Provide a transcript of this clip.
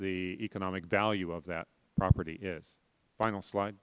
that economic value of that property yes final slide